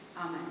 amen